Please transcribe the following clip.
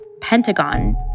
Pentagon